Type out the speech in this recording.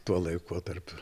tuo laikotarpiu